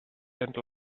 and